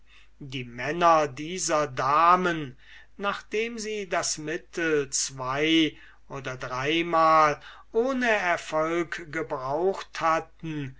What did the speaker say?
die männer dieser damen nachdem sie das mittel zwei oder dreimal ohne erfolg gebraucht hatten